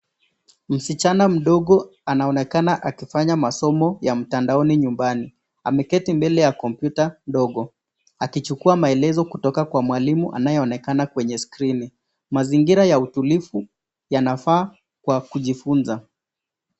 Msichana mdogo anaonekana akifanya masomo ya mtandaoni nyumbani. Ameketi mbele ya kompyuta ndogo akichukua maelezo kutoka kwa mwalimu anayeonekana kwenye skrini . Mazingira ya utulivu yanafaa kwa kujifunza.